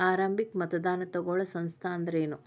ಆರಂಭಿಕ್ ಮತದಾನಾ ತಗೋಳೋ ಸಂಸ್ಥಾ ಅಂದ್ರೇನು?